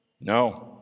No